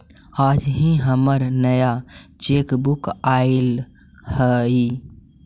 आज ही हमर नया चेकबुक आइल हई